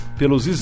pelos